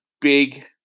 big